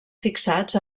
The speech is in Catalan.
fixats